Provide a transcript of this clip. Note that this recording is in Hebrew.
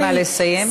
נא לסיים.